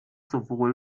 sowohl